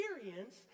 experience